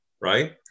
right